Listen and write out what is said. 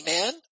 Amen